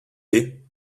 haies